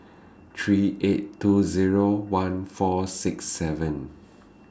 three eight two Zero one four six seven